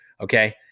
Okay